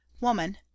Woman